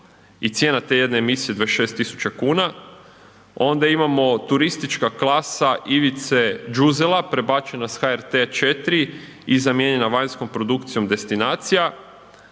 i cijena te jedne emisije je 26 tisuća kuna, onda imamo Turistička klasa Ivice Đuzela prebačena sa HRT 4 i zamijenjena vanjskom produkcijom Destinacija,